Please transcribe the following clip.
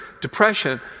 depression